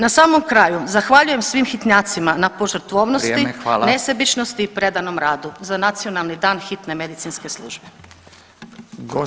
Na samom kraju zahvaljujem svim hitnjacima na požrtvovnosti [[Upadica Radin: Vrijeme, hvala..]] nesebičnosti i predanom radu za Nacionalni dan Hitne medicinske službe.